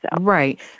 right